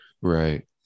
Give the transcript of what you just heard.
Right